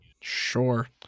sure